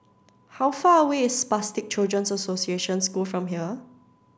how far away is Spastic Children's Association School from here